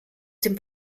dem